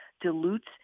dilutes